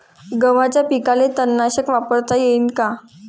गव्हाच्या पिकाले तननाशक वापरता येईन का?